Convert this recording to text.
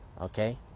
okay